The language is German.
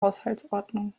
haushaltsordnung